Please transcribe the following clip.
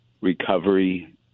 recovery